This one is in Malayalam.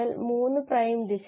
ഇതാണ് ഇവിടെ റഫറൻസ്